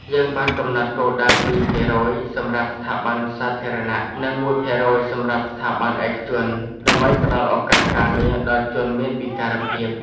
យើងបានកំណត់គោលដៅ ២ ភាគរយសម្រាប់ស្ថាប័នសាធារណៈនិង ១ ភាគរយសម្រាប់ស្ថាប័នឯកជន ដើម្បីផ្តល់ឱកាសការងារដល់ជនមានពិការភាព”។